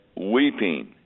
weeping